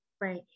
Right